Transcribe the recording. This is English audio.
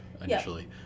initially